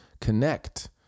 connect